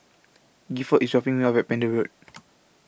Gifford IS dropping Me off At Pender Road